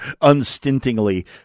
unstintingly